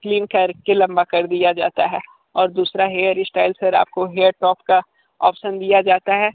clean करके लंबा कर दिया जाता है और दूसरा हेअर स्टाइल सर आपको हेअर टॉप का ऑप्शन दिया जाता है